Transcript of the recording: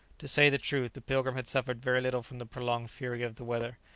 to say the truth, the pilgrim had suffered very little from the prolonged fury of the weather.